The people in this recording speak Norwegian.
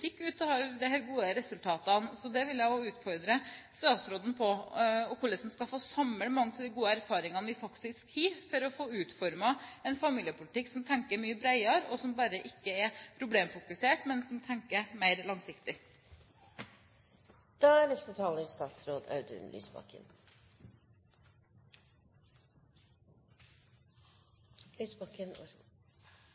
gode resultatene, så det vil jeg også utfordre statsråden på, og hvordan en skal få samlet mange av de gode erfaringene vi faktisk har, for å få utformet en familiepolitikk som er mye bredere, som ikke bare er problemfokusert, men som er mer langsiktig.